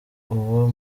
ubu